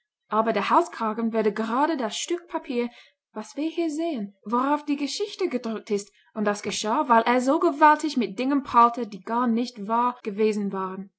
aber der halskragen wurde gerade das stück papier was wir hier sehen worauf die geschichte gedruckt ist und das geschah weil er so gewaltig mit dingen prahlte die gar nicht wahr gewesen waren